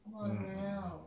!walao!